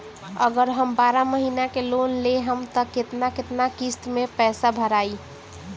अगर हम बारह महिना के लोन लेहेम त केतना केतना किस्त मे पैसा भराई?